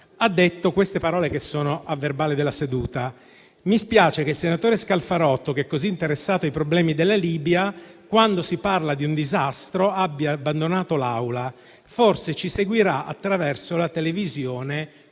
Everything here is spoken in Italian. le seguenti parole, che sono a verbale della seduta: «Mi spiace che il senatore Scalfarotto, che è così interessato ai problemi della Libia, quando si parla di un disastro abbia abbandonato l'Aula; forse ci seguirà attraverso la televisione,